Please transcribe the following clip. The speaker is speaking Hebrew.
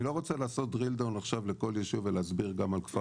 אני לא רוצה לעשות דריל-דאון עכשיו לכל ישוב ולהסביר גם על כפר